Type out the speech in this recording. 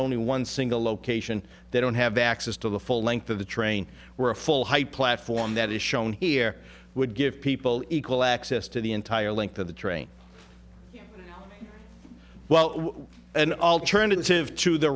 only one single location they don't have access to the full length of the train where a full high platform that is shown here would give people equal access to the entire length of the train well an alternative to the